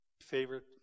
favorite